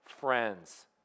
friends